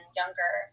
younger